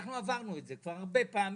אנחנו עברנו את זה כבר הרבה פעמים,